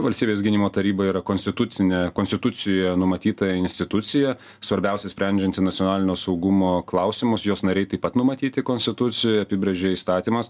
valstybės gynimo taryba yra konstitucinė konstitucijoje numatyta institucija svarbiausia sprendžianti nacionalinio saugumo klausimus jos nariai taip pat numatyti konstitucijoj apibrėžia įstatymas